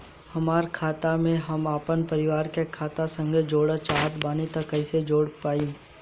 हमार खाता के हम अपना परिवार के खाता संगे जोड़े चाहत बानी त कईसे जोड़ पाएम?